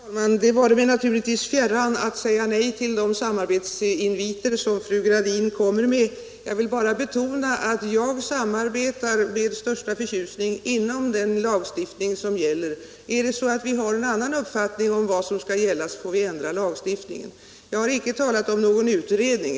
Herr talman! Det vare mig naturligtvis fjärran att säga nej till de samarbetsinviter som fru Gradin kommer med. Jag vill bara betona att jag med största förtjusning samarbetar inom den lagstiftning som gäller. Om vi har en annan uppfattning om vad som bör gälla, så får vi ändra lagstiftningen. Sedan vill jag säga att jag icke har talat om någon utredning.